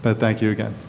but thank you, again.